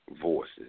voices